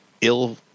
ill